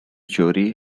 jury